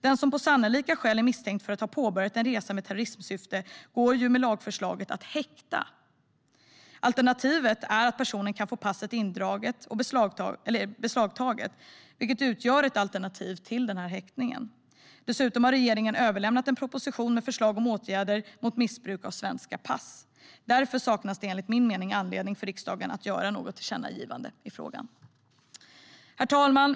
Den som på sannolika skäl är misstänkt för att ha påbörjat en resa med terrorismsyfte går ju med lagförslaget att häkta. Alternativet är att personen kan få passet beslagtaget, vilket utgör ett alternativ till häktning. Dessutom har regeringen överlämnat en proposition med förslag om åtgärder mot missbruk av svenska pass. Därför saknas det enligt min mening anledning för riksdagen att göra något tillkännagivande i frågan. Herr talman!